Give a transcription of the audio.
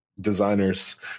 designers